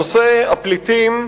נושא הפליטים,